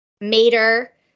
Mater